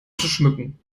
schmücken